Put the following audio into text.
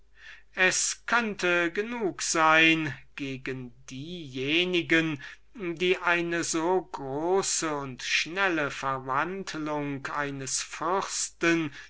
es könnte genug sein gegen diejenige die eine so große und schnelle verwandlung eines